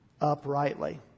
Uprightly